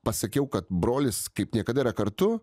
pasakiau kad brolis kaip niekada yra kartu